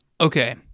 Okay